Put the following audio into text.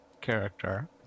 character